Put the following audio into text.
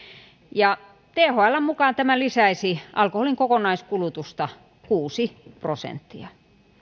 ja thln mukaan tämä lisäisi alkoholin kokonaiskulutusta kuusi prosenttia